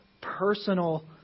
personal